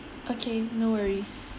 okay no worries